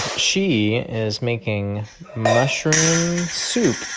she is making mushroom soup,